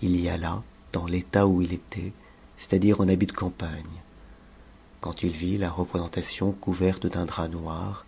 il y alla dans l'état où il était c'est-àdire en habit de campagne quand il vit la représentation couverte d'un drap noir